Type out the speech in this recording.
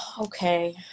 Okay